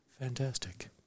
Fantastic